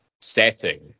setting